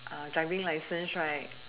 driving license right